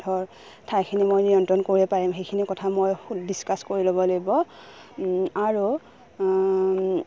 ধৰ ঠাইখিনি মই নিয়ন্ত্ৰণ কৰি পাৰিম সেইখিনি কথা মই ডিছকাছ কৰি ল'ব লাগিব আৰু